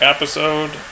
Episode